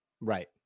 right